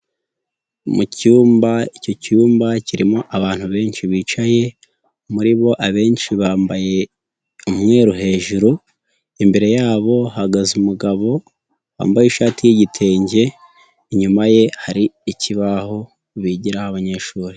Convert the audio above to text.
Mu cyumba, icyo cyumba kirimo abantu benshi bicaye, muri bo abenshi bambaye umweru hejuru, imbere yabo hahagaze umugabo wambaye ishati y'igitenge inyuma ye hari ikibaho bigiraho abanyeshuri.